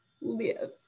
lives